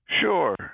Sure